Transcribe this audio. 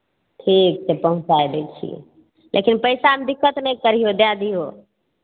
ठीक छै पहुंचाई दै छियै लेकिन पैसामे दिक्कत नहि करिहो दै दिहो